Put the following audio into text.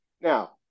Now